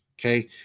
Okay